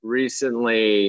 recently